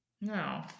no